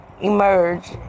Emerge